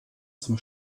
zum